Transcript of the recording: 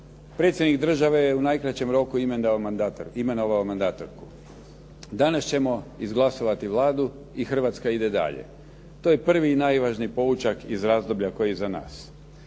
predsjednik Države je u najkraćem roku imenovao mandatorku. Danas ćemo izglasovati Vladu i Hrvatska ide dalje. To je prvi i najvažniji poučak iz razdoblja koje je iza nas.